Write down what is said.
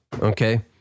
Okay